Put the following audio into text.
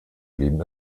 blieben